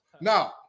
Now